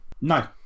No